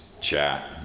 chat